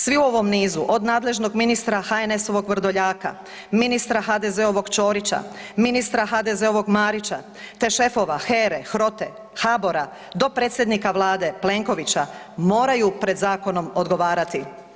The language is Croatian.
Svi u ovom nizu od nadležnog ministra HNS-ovog Vrdoljaka, ministra HDZ-ovog Ćorića, ministra HDZ-ovog Marića te šefova HERA-e, HROTE, HABOR-a, dopredsjednika vlade Plenkovića moraju pred zakonom odgovarati.